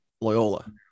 Loyola